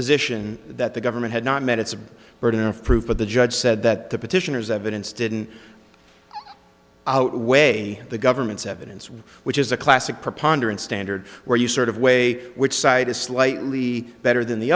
position that the government had not met its burden of proof but the judge said that the petitioners evidence didn't outweigh the government's evidence we were it is a classic preponderance standard where you sort of way which side is slightly better than the